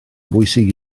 bwysig